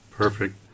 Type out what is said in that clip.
Perfect